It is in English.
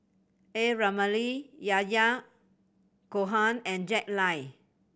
A Ramli Yahya Cohen and Jack Lai